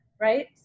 right